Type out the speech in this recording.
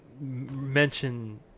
mention